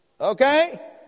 Okay